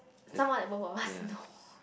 someone that both of us know